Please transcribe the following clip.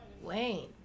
Wayne